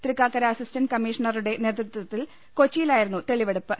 Thrikkakara assistant കമ്മീഷണറുടെ നേതൃത്വത്തീൽ കൊച്ചിയിലായിരുന്നു തെളിവെടുപ്പ്